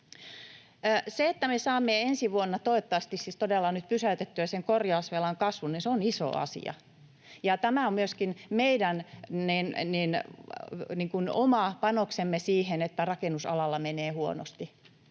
Se, että me saamme ensi vuonna — toivottavasti siis — todella nyt pysäytettyä sen korjausvelan kasvun, on iso asia. Tämä on myöskin meidän oma panoksemme siihen, että rakennusalalla menee huonosti,